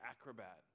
acrobat